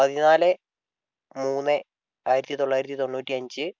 പതിനാല് മൂന്ന് ആയിരത്തി തൊള്ളായിരത്തി തൊണ്ണൂറ്റി അഞ്ച്